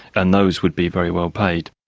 and those would be very well paid.